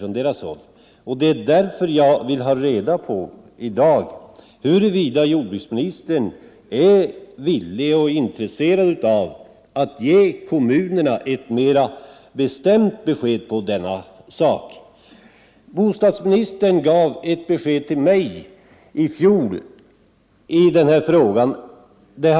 Jag skulle därför i dag vilja veta om jordbruksministern är villig och intresserad av att ge kommunerna mera bestämda direktiv i denna fråga. Bostadsministern lämnade mig i fjol ett besked på den punkten.